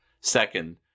Second